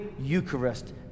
Eucharist